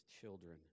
children